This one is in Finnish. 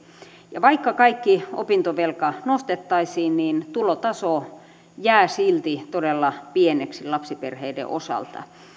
ja vaikka kaikki opintovelka nostettaisiin niin tulotaso jää silti todella pieneksi lapsiperheiden osalta